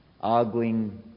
arguing